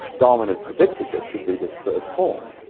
darwin had predicted there should be this third form,